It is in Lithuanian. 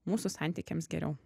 mūsų santykiams geriau